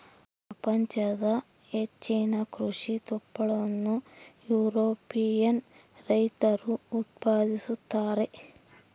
ಪ್ರಪಂಚದ ಹೆಚ್ಚಿನ ಕೃಷಿ ತುಪ್ಪಳವನ್ನು ಯುರೋಪಿಯನ್ ರೈತರು ಉತ್ಪಾದಿಸುತ್ತಾರೆ